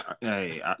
Hey